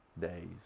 days